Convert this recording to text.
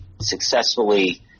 successfully